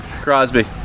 Crosby